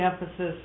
emphasis